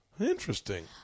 interesting